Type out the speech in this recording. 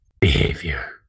behavior